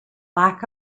lack